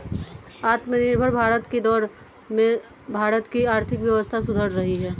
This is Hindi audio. आत्मनिर्भर भारत की दौड़ में भारत की आर्थिक व्यवस्था सुधर रही है